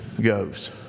goes